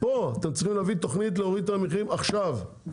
צריך להביא תוכנית ולהוריד את המחירים עכשיו.